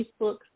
Facebook